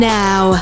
now